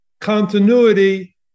continuity